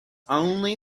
only